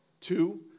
Two